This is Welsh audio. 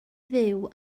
dduw